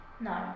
No